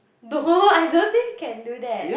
no I don't think can do that